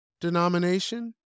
denomination